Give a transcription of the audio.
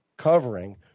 covering